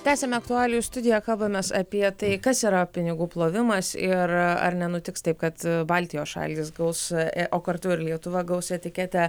tęsiame aktualijų studiją kalbamės apie tai kas yra pinigų plovimas ir ar nenutiks taip kad baltijos šalys gaus o kartu ir lietuva gaus etiketę